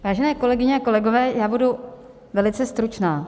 Vážené kolegyně a kolegové, já budu velice stručná.